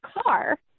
car